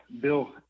Bill